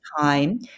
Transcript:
time